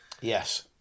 Yes